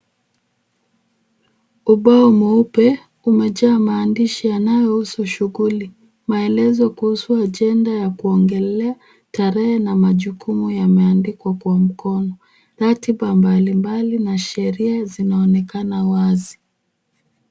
Ubao mweupe umejaa maandishi yanayohusu shughuli. Maelezo kuhusu ajenda ya kuongelelea, tarehe na majukumu yameandikwa kwa mkono. Ratiba mbalimbali na sheria zinaonekana wazi.